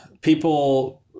people